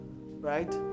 right